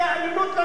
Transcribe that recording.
לא נהיה קיימים.